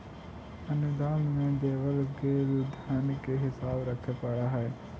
अनुदान में देवल गेल धन के हिसाब रखे पड़ा हई